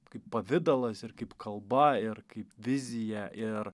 kaip pavidalas ir kaip kalba ir kaip vizija ir